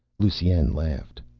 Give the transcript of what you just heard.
lusine laughed.